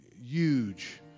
huge